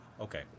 Okay